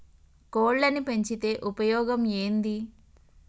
కోళ్లని పెంచితే ఉపయోగం ఏంది?